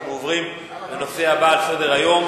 אנחנו עוברים לנושא הבא על סדר-היום: